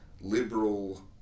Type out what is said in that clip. liberal